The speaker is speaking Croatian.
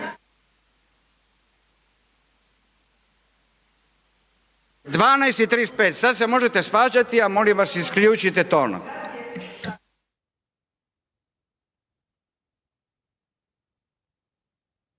12 i 35, sad se možete svađati ali molim vas, isključite ton.